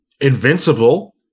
Invincible